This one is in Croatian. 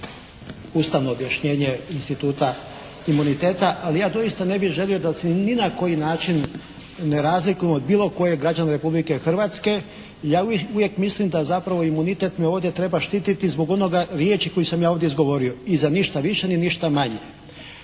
ustavno objašnjenje instituta imuniteta, ali ja doista ne bih želio da se ni na koji način ne razlikujem od bilo kojeg građanina Republike Hrvatske. Ja uvijek mislim da zapravo imunitet me ovdje treba štititi zbog onoga riječi koje sam ja izgovorio i za ništa više i ništa manje.